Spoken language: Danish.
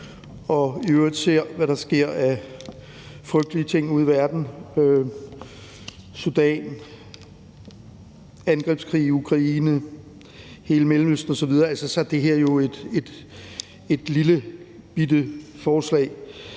man i øvrigt ser på, hvad der sker af frygtelige ting ude i verden, som i Sudan, angrebskrigen i Ukraine, hele Mellemøsten osv., så er det her jo et lillebitte forslag,